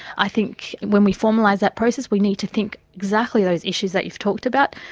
i think when we formalise that process, we need to think exactly those issues that you've talked about.